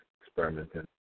experimenting